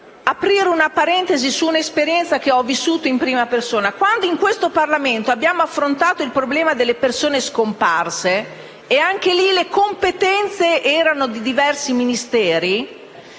aprire una parentesi su un'esperienza che ho vissuto in prima persona. Quando in questo Parlamento abbiamo affrontato il problema delle persone scomparse - anche in tal caso le competenze erano di diversi Ministeri